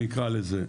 אני אקרא לזה,